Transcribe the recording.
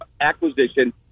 acquisition